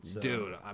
Dude